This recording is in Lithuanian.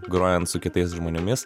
grojant su kitais žmonėmis